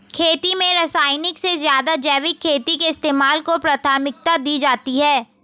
खेती में रासायनिक से ज़्यादा जैविक खेती के इस्तेमाल को प्राथमिकता दी जाती है